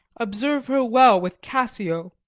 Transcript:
observe her well with cassio